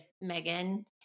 Megan